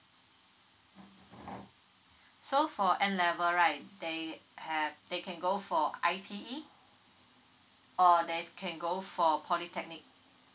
so for N level right they have they can go for I_T_E or they can go for polytechnic